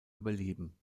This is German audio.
überleben